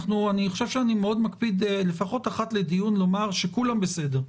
אני חושב שאני מאוד מקפיד לפחות אחת לדיון לומר שכולם בסדר.